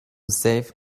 save